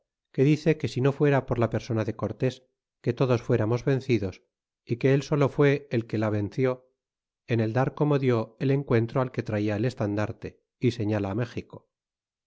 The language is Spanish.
que dice que si no fuera por la persona de cortés que todos fueramos vencidos y que él solo fue el que la venció en el dar como die el encuentro al que traia el estandarte y sefiala méxico